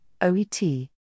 OET